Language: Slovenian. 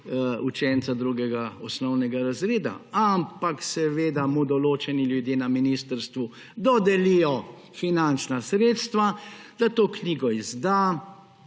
učenca drugega osnovnega razreda. Ampak seveda mu določeni ljudje na ministrstvu dodelijo finančna sredstva, da to knjigo izda